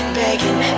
begging